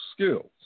skills